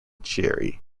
gerry